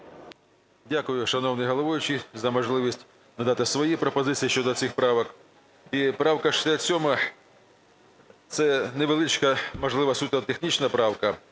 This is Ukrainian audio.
Дякую, шановний головуючий, за можливість надати свої пропозиції щодо цих правок. І правка 67 – це невеличка, можливо, суто технічна правка,